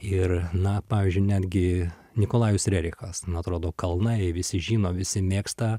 ir na pavyzdžiui netgi nikolajus rerichas na atrodo kalnai visi žino visi mėgsta